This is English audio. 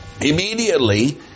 Immediately